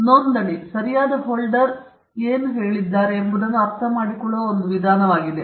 ನೋಂದಣಿ ಸರಿಯಾದ ಹೋಲ್ಡರ್ ಏನನ್ನು ಹೇಳಿದ್ದಾರೆ ಎಂಬುದನ್ನು ನಾವು ಅರ್ಥಮಾಡಿಕೊಳ್ಳುವ ಒಂದು ವಿಧಾನವಾಗಿದೆ